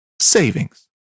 savings